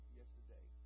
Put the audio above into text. yesterday